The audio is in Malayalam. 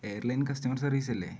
airline customer സർവീസല്ലേ